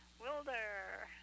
Wilder